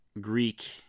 Greek